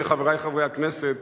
חברי חברי הכנסת,